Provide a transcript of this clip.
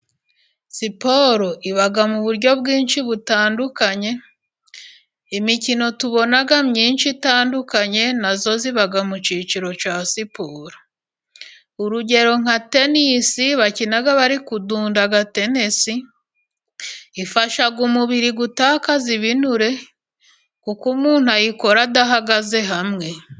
Siporo iba mu buryo bwinshi butandukanye, imikino tubona myinshi itandukanye nayo iba mu cyiciro cya siporo. Urugero nka tenisi bakina bari kudunda akadenesi, ifasha umubiri gutakaza ibinure kuko umuntu ayikora adahagaze hamwe.